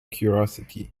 curiosity